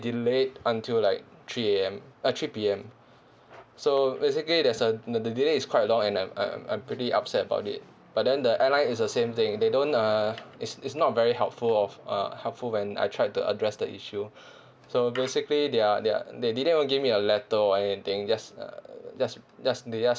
delayed until like three A_M uh three P_M so basically there's a no the delay is quite long and I'm I'm I'm pretty upset about it but then the airline is the same thing they don't uh it's it's not very helpful of uh helpful when I tried to address the issue so basically they are they are they didn't even give me a letter or anything just uh just just they just